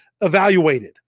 evaluated